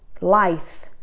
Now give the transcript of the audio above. life